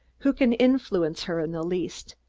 who can influence her in the least,